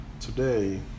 today